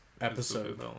episode